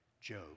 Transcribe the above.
Job